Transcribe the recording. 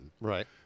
Right